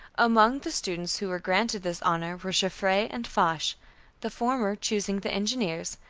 among the students who were granted this honor were joffre and foch the former choosing the engineers,